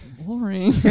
Boring